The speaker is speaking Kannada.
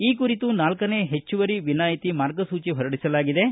ಈ ಕುರಿತು ನಾಲ್ಕನೇ ಹೆಚ್ಚುವರಿ ವಿನಾಯ್ತಿ ಮಾರ್ಗಸೂಚಿ ಹೊರಡಿಸಿದ್ದು